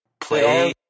Play